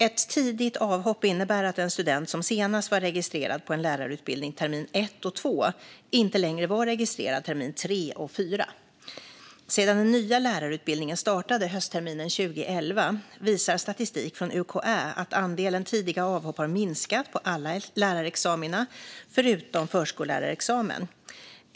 Ett tidigt avhopp innebär att en student som senast var registrerad på en lärarutbildning termin ett och två inte längre var registrerad termin tre och fyra. Sedan den nya lärarutbildningen startade höstterminen 2011 visar statistik från UKÄ att andelen tidiga avhopp har minskat på alla lärarexamina förutom förskollärarexamen.